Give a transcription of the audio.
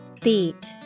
Beat